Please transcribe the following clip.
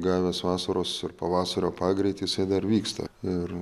gavęs vasaros ir pavasario pagreitis jei dar vyksta ir